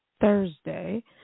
Thursday